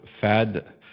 fad